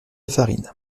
farine